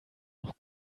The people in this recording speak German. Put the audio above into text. noch